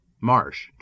Marsh